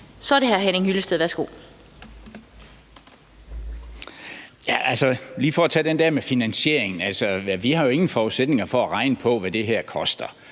tage den der med finansieringen: Vi har jo ingen forudsætninger for at regne på, hvad det her koster,